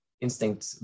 instinct